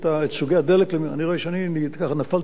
אני רואה שאני נפלתי בעברית: אני אומר "דלקים",